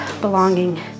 belonging